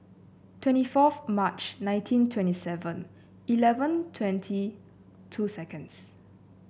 twenty fourth March nineteen twenty Seven Eleven twenty two seconds